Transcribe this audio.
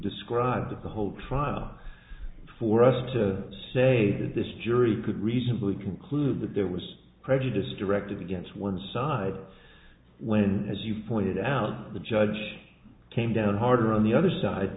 described of the whole trial for us to say that this jury could reasonably conclude that there was prejudice directed against one side when as you pointed out the judge came down harder on the other side